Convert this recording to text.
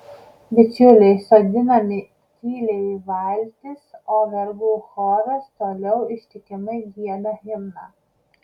bičiuliai sodinami tyliai į valtis o vergų choras toliau ištikimai gieda himną